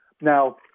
Now